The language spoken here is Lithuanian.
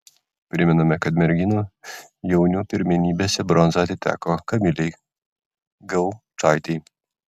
primename kad merginų jaunių pirmenybėse bronza atiteko kamilei gaučaitei